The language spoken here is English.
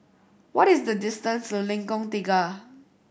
what is the distance to Lengkong Tiga